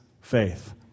faith